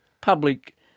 public